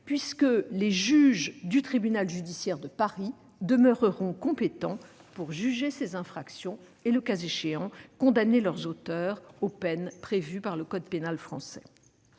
puisque les juges du tribunal judiciaire de Paris demeureront compétents pour juger ces infractions et, le cas échéant, condamner leurs auteurs aux peines prévues par le code pénal français.